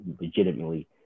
legitimately